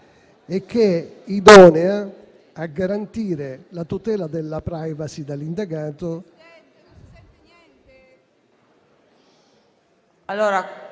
e che è idonea a garantire la tutela della *privacy* dell'indagato...